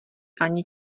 ani